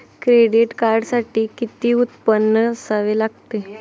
Credit कार्डसाठी किती उत्पन्न असावे लागते?